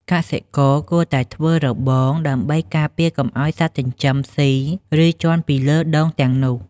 កសិករគួរតែធ្វើរបង ដើម្បីការពារកុំឲ្យសត្វចិញ្ចឹមស៊ី ឬជាន់ពីលើដូងទាំងនោះ។